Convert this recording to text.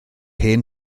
hen